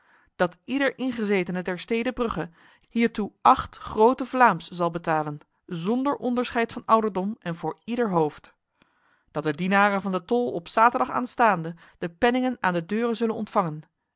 dat ieder ingezetene der stede brugge hiertoe acht groten vlaams zal betalen zonder onderscheid van ouderdom en voor ieder hoofd dat de dienaren van de tol op zaterdag aanstaande de penningen aan de deuren zullen ontvangen en